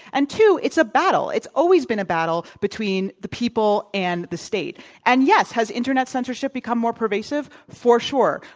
and two, it's a battle. it's always been a battle between the people and the state and yes, has internet censorship become more pervasive? for sure,